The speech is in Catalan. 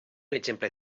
exemple